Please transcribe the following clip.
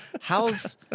How's